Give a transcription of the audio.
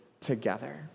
together